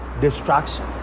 Distraction